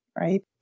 Right